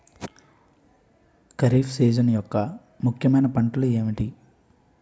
Kharif season యెక్క ముఖ్యమైన పంటలు ఏమిటీ?